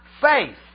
faith